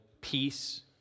peace